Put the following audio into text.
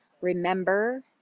Remember